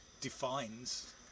defines